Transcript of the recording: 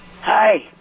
Hi